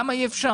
למה אי אפשר?